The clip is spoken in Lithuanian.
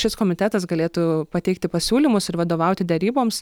šis komitetas galėtų pateikti pasiūlymus ir vadovauti deryboms